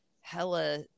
hella